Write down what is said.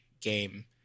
game